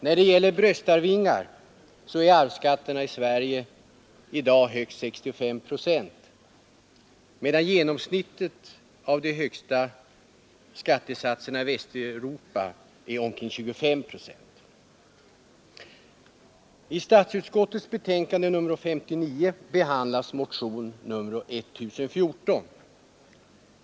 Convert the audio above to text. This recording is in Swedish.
När det gäller bröstarvingar är arvsskatterna i Sverige i dag högst 65 procent, medan genomsnittet av de högsta skattesatserna i Västeuropa är omkring 25 procent. I skatteutskottets betänkande nr 59 behandlas bl.a. motionen 1014.